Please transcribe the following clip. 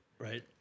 Right